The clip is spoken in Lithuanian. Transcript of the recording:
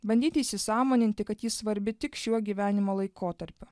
bandyti įsisąmoninti kad ji svarbi tik šiuo gyvenimo laikotarpiu